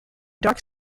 dark